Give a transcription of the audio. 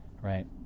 right